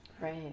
Right